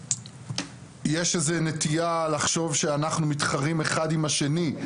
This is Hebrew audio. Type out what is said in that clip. יש איזו נטייה לחשוב שאנחנו מתחרים אחד עם השני,